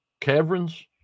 caverns